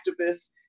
activists